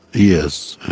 yes,